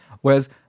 Whereas